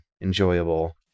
enjoyable